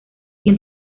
pie